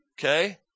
okay